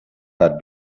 had